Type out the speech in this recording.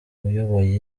uyoboye